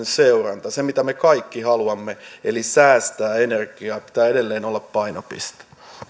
seurannassa sen mitä me kaikki haluamme eli säästää energiaa pitää edelleen olla painopiste